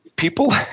People